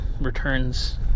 returns